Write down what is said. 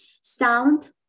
sound